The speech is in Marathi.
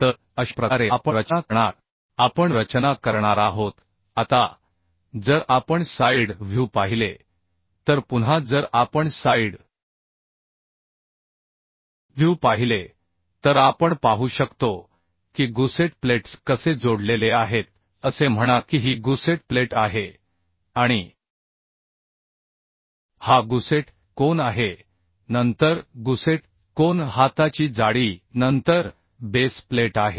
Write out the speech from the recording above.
तर अशा प्रकारे आपण रचना करणार आहोत आता जर आपण साइड व्ह्यू पाहिले तर पुन्हा जर आपण साइड व्ह्यू पाहिले तर आपण पाहू शकतो की गुसेट प्लेट्स कसे जोडलेले आहेत असे म्हणा की ही गुसेट प्लेट आहे आणि हा गुसेट कोन आहे नंतर गुसेट कोन हाताची जाडी नंतर बेस प्लेट आहे